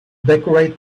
decorate